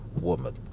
woman